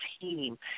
team